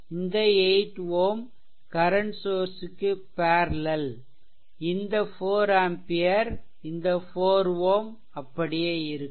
இந்த 8 Ω current source க்கு parallel இந்த 4 ஆம்பியர் இந்த 4 Ω அப்படியே இருக்கும்